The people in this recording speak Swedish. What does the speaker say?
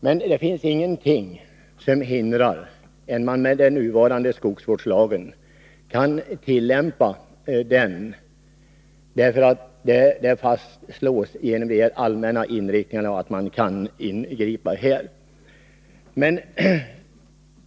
Men det finns inget som hindrar att man tillämpar nuvarande skogsvårdslag så att resultatet blir detsamma — där finns en del allmänna riktlinjer som medger ingripande.